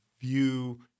view